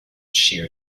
sheer